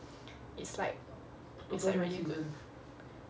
it's like